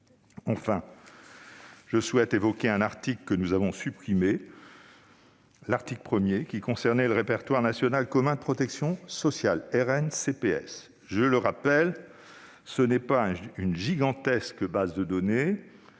Enfin, je souhaite évoquer l'article 1, que nous avons supprimé et qui concernait le répertoire national commun de la protection sociale (RNCPS). Je le rappelle, le RNCPS n'est pas une gigantesque base de données